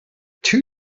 two